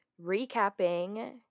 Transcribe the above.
recapping